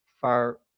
far